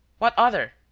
what other?